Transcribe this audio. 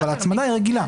אבל ההצמדה היא רגילה.